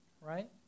right